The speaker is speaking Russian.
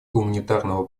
гуманитарного